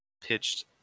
pitched